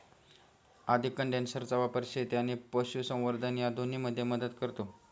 अधिक कंडेन्सरचा वापर शेती आणि पशुसंवर्धन या दोन्हींमध्ये मदत करतो